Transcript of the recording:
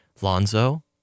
Lonzo